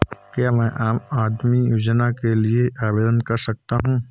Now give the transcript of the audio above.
क्या मैं आम आदमी योजना के लिए आवेदन कर सकता हूँ?